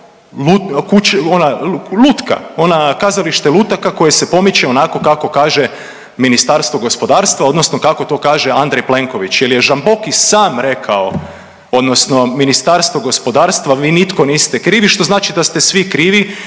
lutka, ona kazalište lutaka koje se pomiče onako kako kaže Ministarstvo gospodarstva odnosno kako to kaže Andrej Plenković jer je Žamboki sam rekao, odnosno Ministarstvo gospodarstva, vi nitko niste krivi, što znači da ste vi krivi